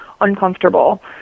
uncomfortable